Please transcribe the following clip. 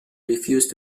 refused